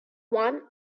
one